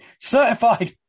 Certified